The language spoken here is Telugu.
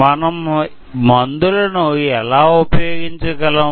మనం మందులను ఎలా ఉపయోగించగలం